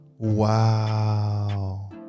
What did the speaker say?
Wow